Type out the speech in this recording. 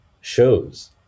shows